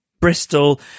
Bristol